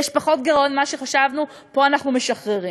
יש פחות גירעון ממה שחשבנו, פה אנחנו משחררים.